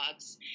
blogs